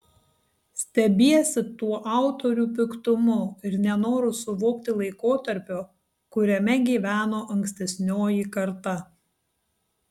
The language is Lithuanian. stebiesi tuo autorių piktumu ir nenoru suvokti laikotarpio kuriame gyveno ankstesnioji karta